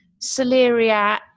celeriac